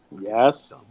Yes